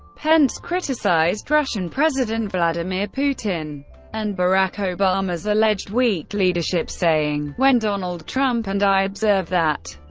pence criticized russian president vladimir putin and barack obama's alleged weak leadership, saying when donald trump and i observe that,